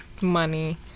money